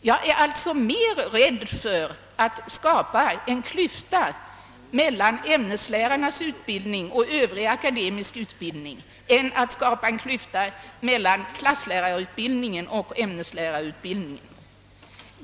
Jag är alltså mer rädd för att skapa en klyfta mellan ämneslärarnas utbildning och övrig akademisk utbildning än att skapa en klyfta mellan klasslärarutbildningen och ämneslärarutbildningen.